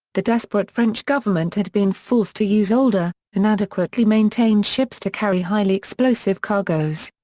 the desperate french government had been forced to use older, inadequately maintained ships to carry highly explosive cargoes.